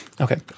okay